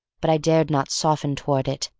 but i dared not soften toward it.